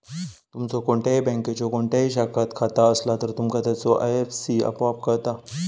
तुमचो कोणत्याही बँकेच्यो कोणत्याही शाखात खाता असला तर, तुमका त्याचो आय.एफ.एस.सी आपोआप कळता